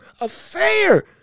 affair